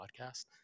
podcast